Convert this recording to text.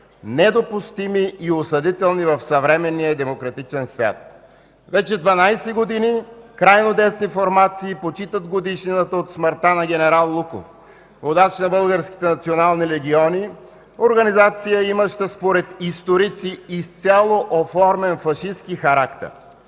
недопустими и осъдителни в съвременния демократичен свят. Вече 12 години крайно десни формации почитат годишнината от смъртта на генерал Луков – водач на българските национални легиони, организация, имаща според историци изцяло оформен фашистки характер.